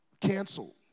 canceled